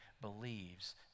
believes